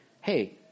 Hey